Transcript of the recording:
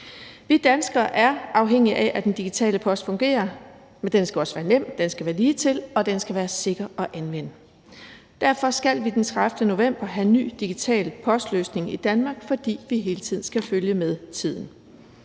Vi danskere er afhængige af, at den digitale post fungerer, men den skal også være nem, den skal være ligetil, og den skal være sikker at anvende. Derfor skal vi den 30. november have ny digital post-løsning i Danmark, fordi vi hele tiden skal følge med tiden.